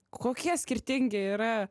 kokie skirtingi yra